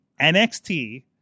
NXT